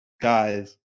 Guys